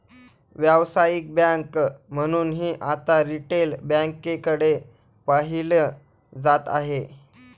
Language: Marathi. व्यावसायिक बँक म्हणूनही आता रिटेल बँकेकडे पाहिलं जात आहे